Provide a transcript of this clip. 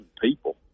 people